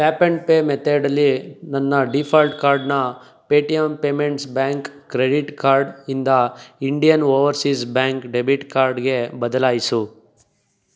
tap and pay ಮೆತಡಲಿ ನನ್ನ default ಕಾರ್ಡ್ನ Paytm payments bank credit card ಇಂದ ಇಂಡಿಯನ್ ಓವರ್ಸೀಸ್ ಬ್ಯಾಂಕ್ ಡೆಬಿಟ್ ಕಾರ್ಡ್ಗೆ ಬದಲಾಯಿಸು